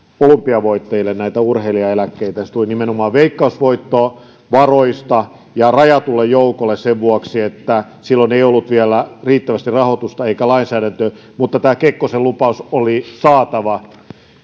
olympiavoittajille urheilijaeläkkeitä tuli nimenomaan veikkausvoittovaroista ja rajatulle joukolle sen vuoksi että silloin ei ollut vielä riittävästi rahoitusta eikä lainsäädäntöä mutta tämä kekkosen lupaus oli saatava melkein